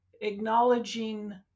acknowledging